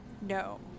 No